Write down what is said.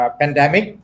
pandemic